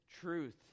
truth